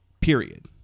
Period